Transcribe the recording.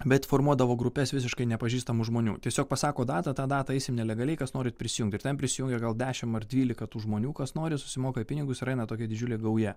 bet formuodavo grupes visiškai nepažįstamų žmonių tiesiog pasako datą tą datą eisim nelegaliai kas norit prisijungt ir ten prisijungia gal dešimt ar dvylika tų žmonių kas nori susimoka pinigus ir eina tokia didžiulė gauja